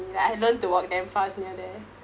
I learned to walk damn fast near there